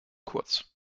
kurz